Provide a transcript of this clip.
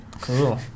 Cool